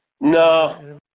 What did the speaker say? No